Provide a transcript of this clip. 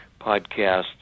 podcasts